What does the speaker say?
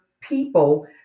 people